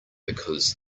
because